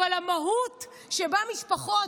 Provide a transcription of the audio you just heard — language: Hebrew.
אבל המהות שבה משפחות